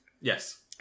Yes